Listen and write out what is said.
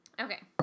Okay